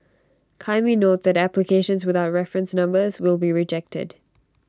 kindly note that applications without reference numbers will be rejected